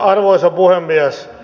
arvoisa puhemies